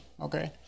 Okay